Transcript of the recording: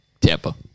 tampa